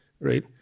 right